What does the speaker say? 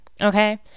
okay